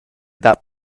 dat